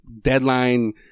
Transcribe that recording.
deadline